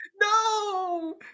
No